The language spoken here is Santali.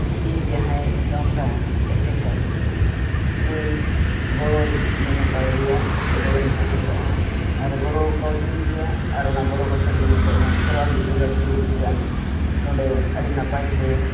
ᱤᱧ ᱡᱟᱦᱟᱸᱭ ᱜᱟᱶᱛᱟ ᱮᱥᱮᱠᱟ ᱱᱩᱭ ᱜᱚᱲᱚᱧ ᱮᱢ ᱠᱟᱣᱫᱮᱭᱟ ᱥᱮ ᱜᱚᱲᱚᱧ ᱠᱷᱚᱡᱽ ᱠᱟᱜᱼᱟ ᱟᱨ ᱜᱚᱲᱚ ᱠᱟᱣᱫᱤᱧᱟᱭ ᱟᱨ ᱚᱱᱟ ᱜᱚᱲᱚ ᱠᱟᱛᱮᱫ ᱜᱮ ᱱᱤᱛᱚᱜ ᱱᱚᱣᱟ ᱠᱷᱨᱣᱟᱲ ᱵᱤᱨᱫᱟᱹᱜᱟᱲ ᱠᱟᱹᱲᱣᱟᱹ ᱠᱚᱪᱟ ᱱᱚᱰᱮ ᱟᱹᱰᱤ ᱱᱟᱯᱟᱭᱛᱮ